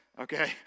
Okay